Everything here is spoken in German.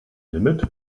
limit